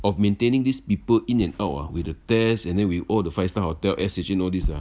of maintaining these people in and out ah with the test and then with all the five star hotel S_H_N all these ah